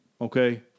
okay